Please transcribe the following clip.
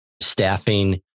Staffing